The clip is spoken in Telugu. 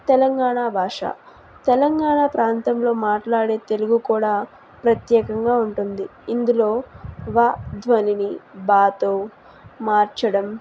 తెలంగాణ భాష తెలంగాణ ప్రాంతంలో మాట్లాడే తెలుగు కూడా ప్రత్యేకంగా ఉంటుంది ఇందులో వా ధ్వనిని బాతో మార్చడం